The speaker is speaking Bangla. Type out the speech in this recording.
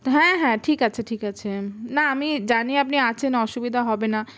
হ্যাঁ হ্যাঁ ঠিক আছে ঠিক আছে না আমি জানি আপনি আছেন অসুবিধা হবে না